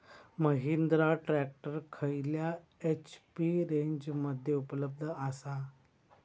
Mahindra tractor खयल्या HP रेंजमध्ये उपलब्ध आसा?